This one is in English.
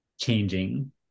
changing